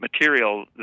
material